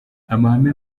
amahame